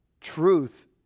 truth